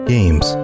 Games